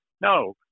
No